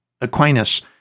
Aquinas